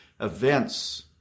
events